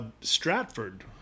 Stratford